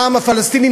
העם הפלסטיני,